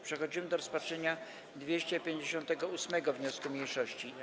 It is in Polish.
Przechodzimy do rozpatrzenia 258. wniosku mniejszości.